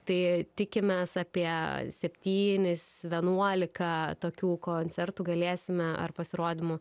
tai tikimės apie septynis vienuolika tokių koncertų galėsime ar pasirodymų